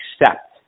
accept